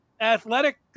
athletic